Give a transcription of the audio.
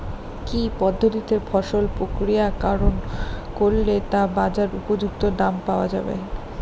কি পদ্ধতিতে ফসল প্রক্রিয়াকরণ করলে তা বাজার উপযুক্ত দাম পাওয়া যাবে?